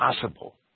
possible